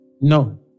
No